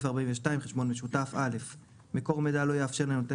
42.חשבון משותף מקור מידע לא יאפשר לנותן